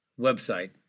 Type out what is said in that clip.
website